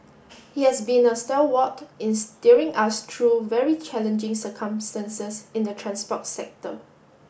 he has been a stalwart in steering us through very challenging circumstances in the transport sector